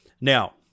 Now